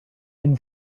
been